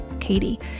Katie